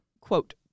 quote